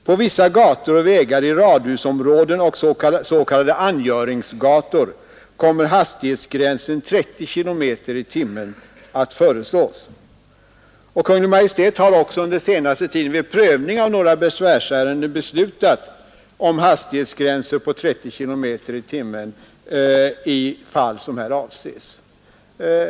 På vissa gator och vägar i radhusområden och s.k. angöringsgator kommer hastighetsgränsen 30 km tim i fall som här avses.